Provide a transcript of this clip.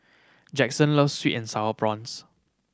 Jaxson loves sweet and Sour Prawns